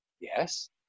yes